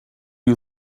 you